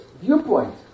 viewpoint